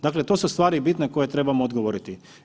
Dakle to su stvari bitne koje trebamo odgovoriti.